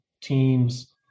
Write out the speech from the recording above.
teams